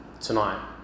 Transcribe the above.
tonight